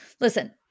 listen